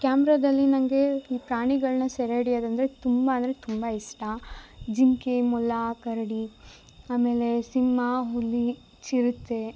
ಕ್ಯಾಮ್ರದಲ್ಲಿ ನನಗೆ ಈ ಪ್ರಾಣಿಗಳನ್ನ ಸೆರೆಹಿಡಿಯೋದಂದರೆ ತುಂಬ ಅಂದರೆ ತುಂಬ ಇಷ್ಟ ಜಿಂಕೆ ಮೊಲ ಕರಡಿ ಆಮೇಲೆ ಸಿಂಹ ಹುಲಿ ಚಿರತೆ